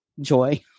joy